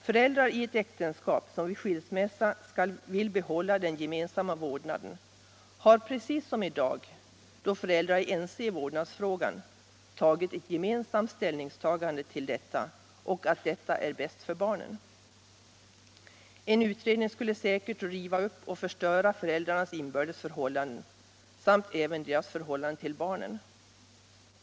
Föräldrar i ett äktenskap som vid skilsmässa vill behålla den gemensamma vårdnaden har precis som i dag då föräldrar är ense i vårdnadsfrågan tagit ett gemensamt ställningstagande till att detta är det bästa för barnen. En utredning skulle säkert riva och förstöra föräldrars inbördes förhållande samt även deras förhållande till barnet.